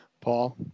Paul